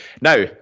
Now